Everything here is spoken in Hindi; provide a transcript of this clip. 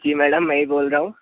जी मैडम मैं ही बोल रहा हूँ